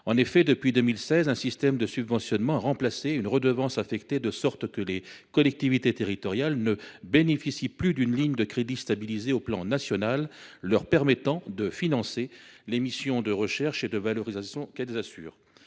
publics. Depuis 2016, un système de subventionnement a remplacé une redevance affectée, de sorte que les collectivités territoriales ne bénéficient plus d’une ligne de crédit stabilisée au plan national leur permettant de financer les missions de recherche et de valorisation qu’elles assurent.